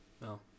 No